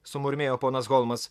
sumurmėjo ponas holmas